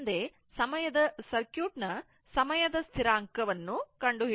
ಮುಂದೆ ಸರ್ಕ್ಯೂಟ್ ನ ಸಮಯದ ಸ್ಥಿರಾಂಕವನ್ನು ಕಂಡುಹಿಡಿಯಬೇಕು